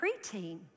preteen